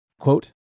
Quote